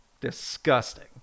Disgusting